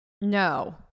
no